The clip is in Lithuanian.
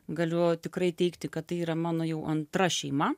galiu tikrai teigti kad tai yra mano jau antra šeima